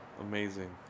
amazing